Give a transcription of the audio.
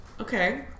Okay